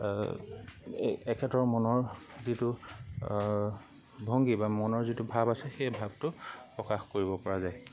এখেতৰ মনৰ যিটো ভংগী বা মনৰ যিটো ভাৱ আছে সেই ভাৱটো প্ৰকাশ কৰিব পৰা যায়